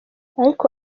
ariko